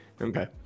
Okay